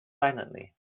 silently